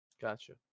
Gotcha